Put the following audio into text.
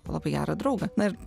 labai gerą draugą na ir